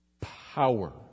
power